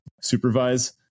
supervise